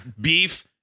beef